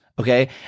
Okay